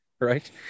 right